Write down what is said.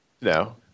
No